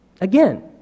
Again